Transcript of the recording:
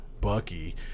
Bucky